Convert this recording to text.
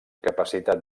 capacitat